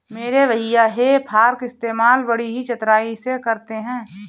मेरे भैया हे फार्क इस्तेमाल बड़ी ही चतुराई से करते हैं